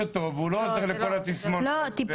יש הבדל משמעותי וזה מהניסיון הפרטי שלי בתעשייה בין